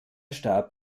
starb